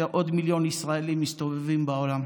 ועוד מיליון ישראלים מסתובבים בעולם.